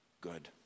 good